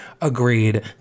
agreed